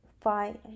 five